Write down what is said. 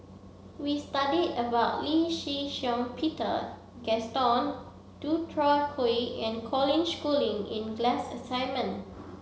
we studied about Lee Shih Shiong Peter Gaston Dutronquoy and Colin Schooling in the glass assignment